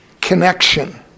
connection